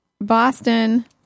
Boston